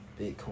Bitcoin